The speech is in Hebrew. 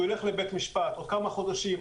הוא ילך לבית משפט עוד כמה חודשים,